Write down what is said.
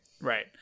Right